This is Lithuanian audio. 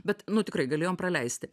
bet nu tikrai galėjom praleisti